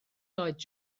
lloyd